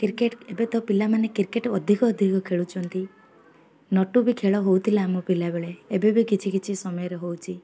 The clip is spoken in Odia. କ୍ରିକେଟ୍ ଏବେ ତ ପିଲାମାନେ କ୍ରିକେଟ୍ ଅଧିକ ଅଧିକ ଖେଳୁନ୍ତି ନଟୁ ବି ଖେଳ ହଉଥିଲା ଆମ ପିଲାବେଳେ ଏବେ ବି କିଛି କିଛି ସମୟରେ ହେଉଛି